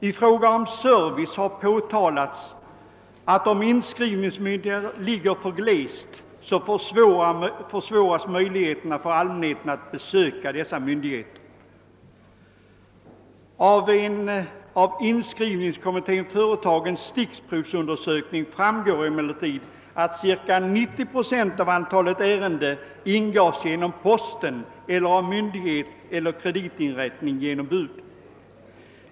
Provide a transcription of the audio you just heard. I fråga om service har påtalats att om inskrivningsmyndigheterna ligger för glest, försvåras möjligheterna för allmänheten att besöka dem. Av en av inskrivningskommittén företagen stickprovsundersökning framgår emellertid att cirka 90 procent av antalet ärenden ingavs genom posten eller av myndighet och kreditinrättning genom bud.